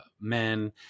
men